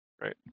right